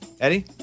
Eddie